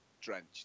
drenched